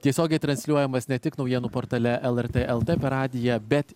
tiesiogiai transliuojamas ne tik naujienų portale lrt lt per radiją bet